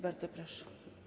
Bardzo proszę.